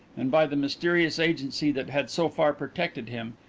and by the mysterious agency that had so far protected him,